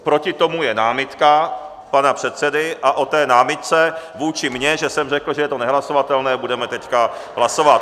Proti tomu je námitka pana předsedy, a o té námitce vůči mně, že jsem řekl, že to je nehlasovatelné, budeme teď hlasovat.